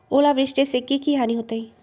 ओलावृष्टि से की की हानि होतै?